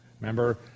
Remember